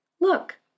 look